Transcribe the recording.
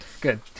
good